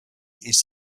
ist